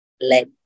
let